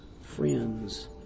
friends